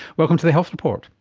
welcome to the health report.